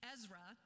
Ezra